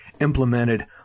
implemented